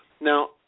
Now